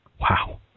Wow